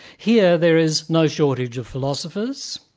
here there is no shortage of philosophers,